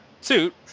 suit